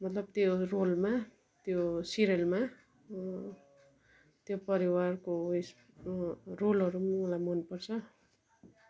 मतलब त्यो रोलमा त्यो सिरियलमा त्यो परिवारको उएस रोलहरू मलाई मनपर्छ